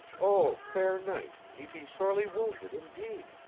oh, fair knight, ye be sorely wounded indeed!